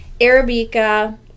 Arabica